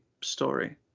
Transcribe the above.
Story